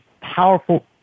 powerful